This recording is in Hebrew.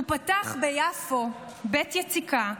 הוא פתח ביפו בית יציקה,